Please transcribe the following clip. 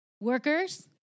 workers